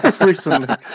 recently